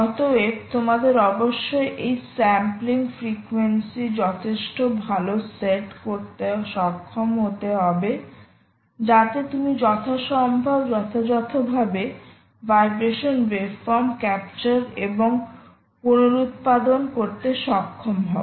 অতএব তোমাদের অবশ্যই এই স্যাম্পলিং ফ্রিকোয়েন্সি যথেষ্ট ভাল সেট করতে সক্ষম হতে হবে যাতে তুমি যথাসম্ভব যথাযথভাবে ভাইব্রেশন ওয়েবফর্ম ক্যাপচার এবং পুনরুত্পাদন করতে সক্ষম হও